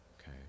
okay